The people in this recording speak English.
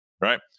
right